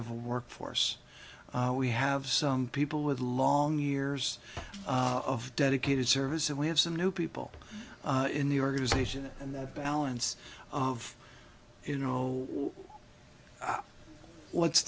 of workforce we have some people with long years of dedicated service and we have some new people in the organization and that balance of you know what's